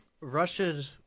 Russia's